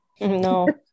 No